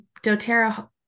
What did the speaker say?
doTERRA